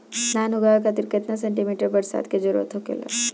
धान उगावे खातिर केतना सेंटीमीटर बरसात के जरूरत होखेला?